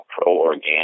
pro-organic